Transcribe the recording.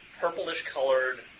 purplish-colored